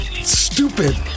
Stupid